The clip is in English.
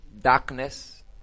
darkness